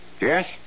Yes